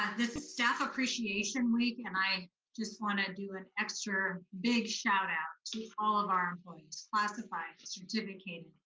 this is staff appreciation week, and i just wanna do an extra big shout-out to all of our employees, classified, certificated,